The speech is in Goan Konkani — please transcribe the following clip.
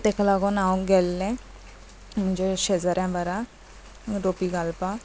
ते तेका लागोन हांव गेल्लें म्हणजे शेजऱ्या बारा रोपी घालपाक